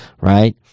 right